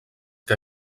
que